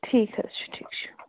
ٹھیٖک حظ چھِ ٹھیٖک چھِ